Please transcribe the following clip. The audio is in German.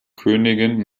königin